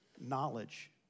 knowledge